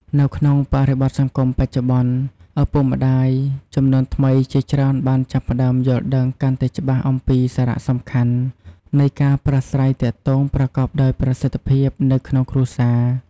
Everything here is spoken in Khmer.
នៅក្នុងបរិបទសង្គមបច្ចុប្បន្ន ឪពុកម្ដាយជំនាន់ថ្មីជាច្រើនបានចាប់ផ្ដើមយល់ដឹងកាន់តែច្បាស់អំពីសារៈសំខាន់នៃការប្រាស្រ័យទាក់ទងប្រកបដោយប្រសិទ្ធភាពនៅក្នុងគ្រួសារ។